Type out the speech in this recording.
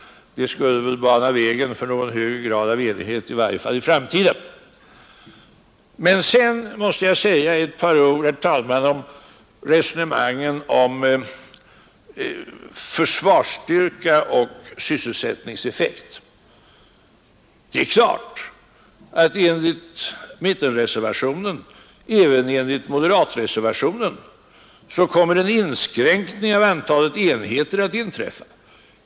Det skulle bana vägen för en högre grad av enighet, i varje fall i framtiden. Sedan måste jag säga ett par ord, herr talman, om resonemangen om försvarsstyrka och sysselsättningseffekt. Det är klart att enligt mittenreservationen och även enligt moderatreservationen kommer en inskränkning av antalet enheter att inträffa.